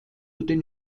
den